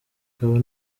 akaba